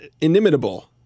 inimitable